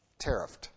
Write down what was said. tariffed